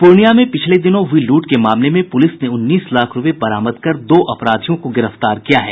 पूर्णियां में पिछले दिनों हुई लूट के मामले में पुलिस ने उन्नीस लाख रूपये बरामद कर दो अपराधियों को गिरफ्तार किया है